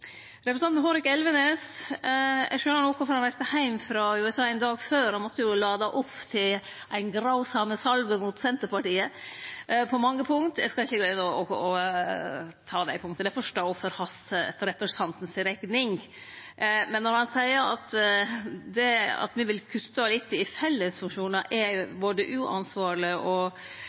representanten Hårek Elvenes, skjønar eg no kvifor han reiste heim frå USA ein dag før – han måtte jo lade opp til «eine grausame Salbe» mot Senterpartiet på mange punkt. Eg skal ikkje ta dei punkta – det får stå for representanten si rekning. Men når han seier at det at me vil kutte litt i fellesfunksjonar, er både uansvarleg og